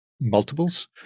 multiples